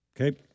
Okay